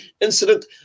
incident